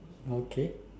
okay